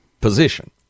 position